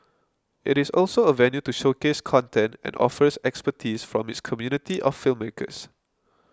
it is also a venue to showcase content and offers expertise from its community of filmmakers